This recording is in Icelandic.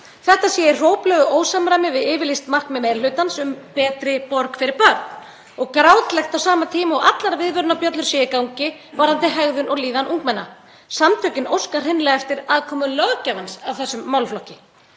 Þetta sé í hróplegu ósamræmi við yfirlýst markmið meiri hlutans um betri borg fyrir börn og grátlegt á sama tíma og allar viðvörunarbjöllur eru í gangi varðandi hegðun og líðan ungmenna. Samtökin óska hreinlega eftir aðkomu löggjafans að þessum málaflokki.